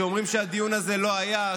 שאומרים שהדיון הזה לא היה,